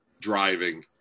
driving